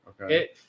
Okay